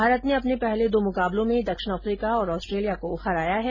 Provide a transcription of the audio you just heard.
भारत ने अपने पहले दो मुकाबलों में दक्षिण अफीका और ऑस्ट्रेलिया को हराया है